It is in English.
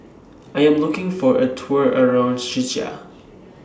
I Am looking For A Tour around Czechia